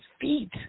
feet